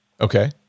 Okay